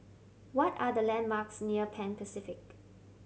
what are the landmarks near Pan Pacific